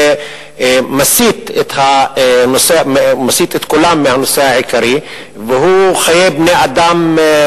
זה מסיט את כולם מהנושא העיקרי, והוא חיי בני-אדם,